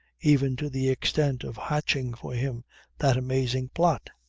even to the extent of hatching for him that amazing plot.